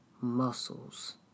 muscles